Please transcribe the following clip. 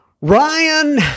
ryan